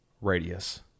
radius